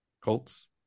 Colts